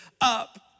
up